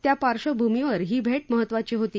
त्या पार्क्षभूमीवर ही भेट महत्त्वाची होती